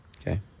okay